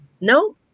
no